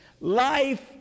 Life